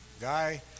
guy